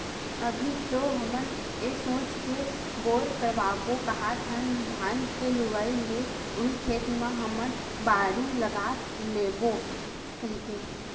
अभी तो हमन ये सोच के बोर करवाबो काहत हन धान के लुवाय ले उही खेत म हमन बाड़ी लगा लेबो कहिके